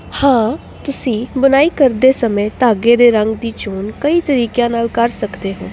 ਹਾਂ ਤੁਸੀਂ ਬੁਣਾਈ ਕਰਦੇ ਸਮੇਂ ਧਾਗੇ ਦੇ ਰੰਗ ਦੀ ਚੋਣ ਕਈ ਤਰੀਕਿਆਂ ਨਾਲ ਕਰ ਸਕਦੇ ਹੋ